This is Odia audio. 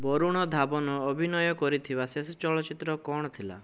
ବରୁଣ ଧାବନ ଅଭିନୟ କରିଥିବା ଶେଷ ଚଳଚ୍ଚିତ୍ର କ'ଣ ଥିଲା